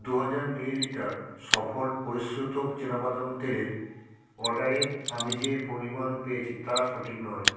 দু হাজার মিলিলিটার সফল পরিশ্রুত চিনাবাদাম তেলের অর্ডারে আমি যে পরিমাণ পেয়েছি তা সঠিক নয়